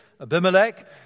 Abimelech